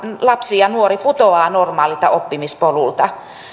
lapsi ja nuori putoaa normaalilta oppimispolulta